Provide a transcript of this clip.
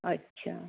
अच्छा